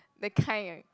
that kind eh